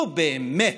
נו, באמת.